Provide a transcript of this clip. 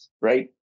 Right